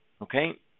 Okay